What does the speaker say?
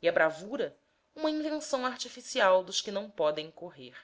e a bravura uma invenção artificial dos que não podem correr